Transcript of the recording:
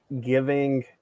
giving